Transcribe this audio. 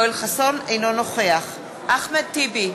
אינו נוכח אחמד טיבי,